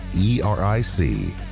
e-r-i-c